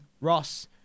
Ross